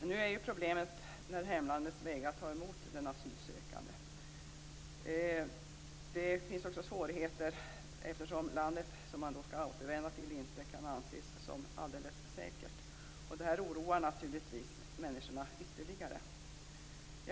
Men det blir ju problem när hemlandet vägrar att ta emot den asylsökande. Det blir också svårigheter om landet som man skall återvända till inte kan anses som alldeles säkert. Det här oroar naturligtvis människorna ytterligare.